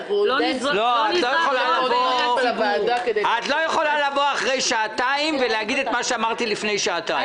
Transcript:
את לא יכולה לבוא אחרי שעתיים ולהגיד את מה שאמרתי לפני שעתיים.